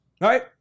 right